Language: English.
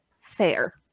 Fair